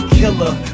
killer